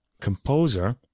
composer